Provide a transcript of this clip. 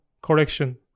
correction